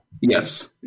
Yes